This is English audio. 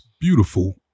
beautiful